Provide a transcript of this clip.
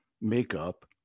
makeup